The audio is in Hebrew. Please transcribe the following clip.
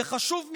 וחשוב מכך,